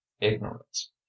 ignorance